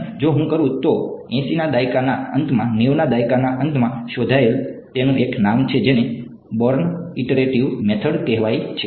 અને જો હું તે કરું તો 80 ના દાયકાના અંતમાં 90 ના દાયકાના અંતમાં શોધાયેલ તેનું એક નામ છે જેને બોર્ન ઇટરેટિવ મેથડ કહેવાય છે